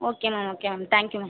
okay ma'am okay ma'am thank you ma'am